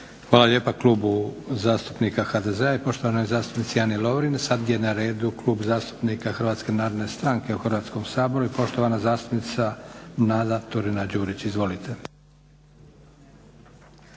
Hvala lijepa Klubu zastupnika HDZ-a i poštovanoj zastupnici Ani Lovrin. Sad je na redu Klub zastupnika Hrvatske narodne stranke u Hrvatskom saboru i poštovana zastupnica Nada Turina Đurić. Izvolite.